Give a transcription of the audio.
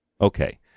okay